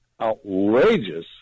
outrageous